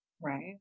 Right